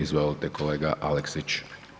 Izvolite kolega Aleksić.